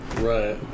Right